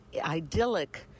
idyllic